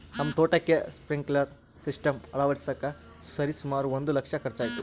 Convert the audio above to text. ನಮ್ಮ ತೋಟಕ್ಕೆ sprinkler system ಅಳವಡಿಸಕ ಸರಿಸುಮಾರು ಒಂದು ಲಕ್ಷ ಖರ್ಚಾಯಿತು